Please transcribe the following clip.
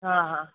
हा हा